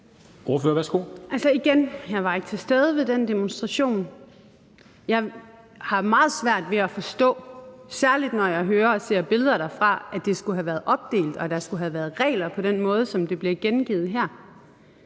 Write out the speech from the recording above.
Jeg var ikke til stede ved den demonstration. Jeg har meget svært ved at forstå – særlig når jeg hører og ser billeder derfra – at det skulle have været opdelt, og at der skulle have været regler på den måde, som det bliver gengivet her.